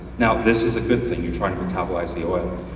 now this is a good thing, you're trying to metabolize the oil,